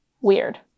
weird